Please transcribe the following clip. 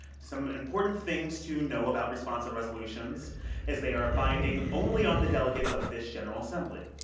some important things to know about responsive resolutions is they are binding only on the delegates of this general assembly.